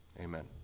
Amen